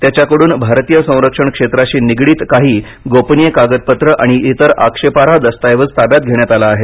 त्याच्याकडून भारतीय संरक्षण क्षेत्राशी निगडीत काही गोपनीय कागदपत्रे आणि इतर आक्षेपार्ह दस्तऐवज ताब्यात घेण्यात आला आहे